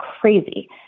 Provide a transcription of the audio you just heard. crazy